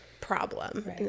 problem